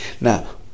Now